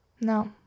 No